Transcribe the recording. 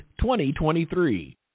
2023